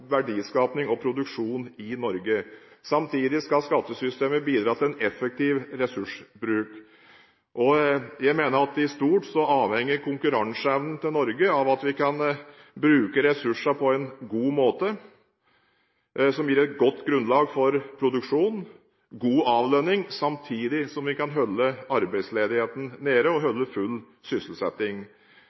produksjon i Norge. Samtidig skal skattesystemet bidra til en effektiv ressursbruk. Jeg mener at i stort avhenger konkurranseevnen til Norge av at vi kan bruke ressursene på en måte som gir et godt grunnlag for produksjon og god avlønning, samtidig som vi kan holde arbeidsledigheten nede og ha full sysselsetting.